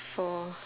for